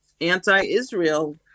anti-Israel